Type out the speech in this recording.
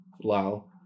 Wow